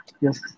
yes